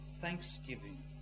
Thanksgiving